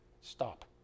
Stop